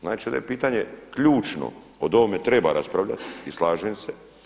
Znači da je pitanje ključno, o ovome treba raspravljati i slažem se.